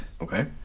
okay